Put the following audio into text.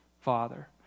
father